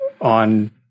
on